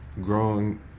growing